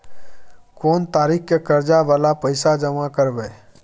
कोन तारीख के कर्जा वाला पैसा जमा करबे?